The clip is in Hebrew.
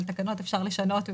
אבל תקנות אפשר לשנות,